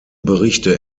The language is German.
berichte